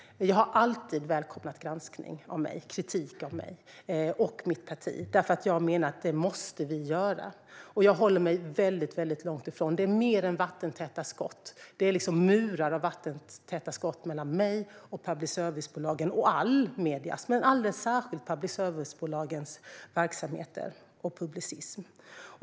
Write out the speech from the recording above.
Jag har alltid välkomnat granskning och kritik av mig och mitt parti. Jag menar att det måste göras. Jag håller mig väldigt långt ifrån public service-bolagen. Det är mer än vattentäta skott, ja, det är liksom murar av vattentäta skott mellan mig och public service-bolagen och alla medier men alldeles särskilt public service-bolagens verksamheter och publicism.